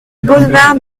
boulevard